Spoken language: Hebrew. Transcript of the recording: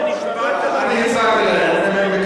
אני הצעתי להם.